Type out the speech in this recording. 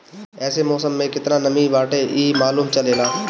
एसे मौसम में केतना नमी बाटे इ मालूम चलेला